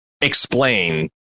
explain